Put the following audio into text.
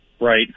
right